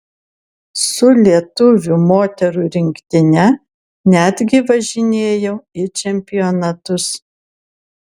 su lietuvių moterų rinktine netgi važinėjau į čempionatus